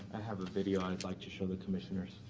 i have a video i'd like to show the commissioners,